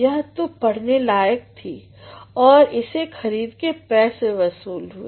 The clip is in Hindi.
ये तो पढ़ने लायक थी और इसे खरीद के पैसे वसूल हुए